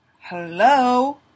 Hello